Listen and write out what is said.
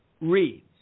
reads